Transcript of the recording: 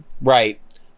right